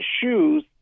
shoes